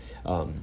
um